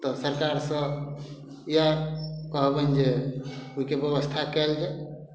तऽ सरकारसँ इएह कहबनि जे ओइके व्यवस्था कयल जाइ